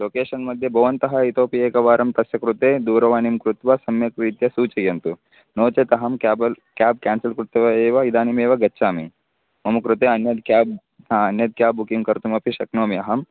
location मध्ये भवन्तः इतोऽपि एकवारं तस्य कृते दूरवाणीं कृत्वा सम्यक् रीत्या सूचयन्तु नो चेत् अहं क्याबल् क्याब् क्यान्सल् कृत्वा एव इदानीमेव गच्छामि मम कृते अन्यत् क्याब् अन्यत् क्याब् बुकिङ्ग् कर्तुमपि शक्नोमि अहं